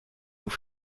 nous